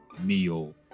meal